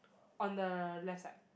on the left side